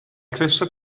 crysau